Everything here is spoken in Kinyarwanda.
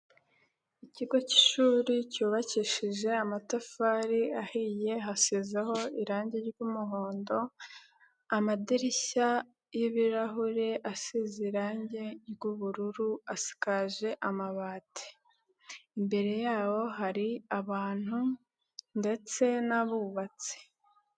Ikigo k'ishuri cyubakishije amatafari ahiye hasizeho irangi ry'umuhondo, amadirishya y'ibirahure asize irangi ry'ubururu asakaje amabati, imbere yabo hari abantu ndetse n'abubatsi.